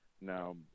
Now